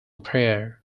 prayer